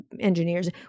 engineers